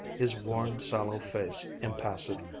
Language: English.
his worn, sallow face impassive,